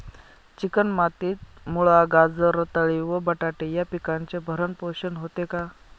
Chicken मातीत मुळा, गाजर, रताळी व बटाटे या पिकांचे भरण पोषण होते का?